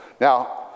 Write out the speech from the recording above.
Now